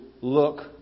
look